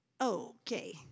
Okay